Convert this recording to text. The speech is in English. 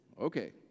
Okay